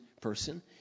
person